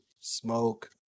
smoke